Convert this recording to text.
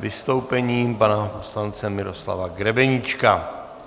vystoupením poslance Miroslava Grebeníčka.